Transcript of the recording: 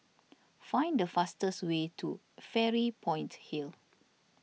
find the fastest way to Fairy Point Hill